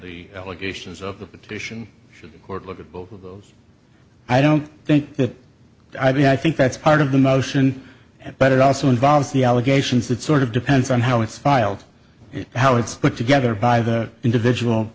the allegations of the petition or look at both of those i don't think that i mean i think that's part of the motion but it also involves the allegations that sort of depends on how it's filed it how it's put together by the individual